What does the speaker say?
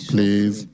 Please